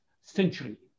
century